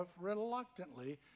reluctantly